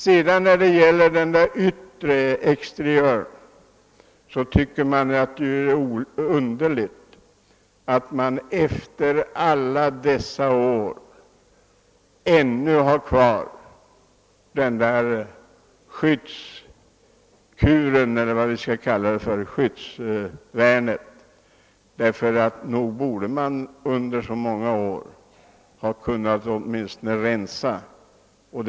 Vad exteriören beträffar tycker jag det är underligt att man ännu har kvar det skydd framför huvudingången som har funnits i många år.